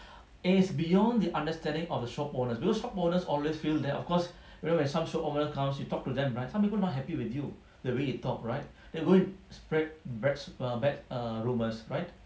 is beyond the understanding of the shop owners because shop owners always that of course you know when shop owner comes you talk to them right some people not happy with you the way you talk right they are going to spread bad spread bad err rumours right